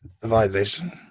civilization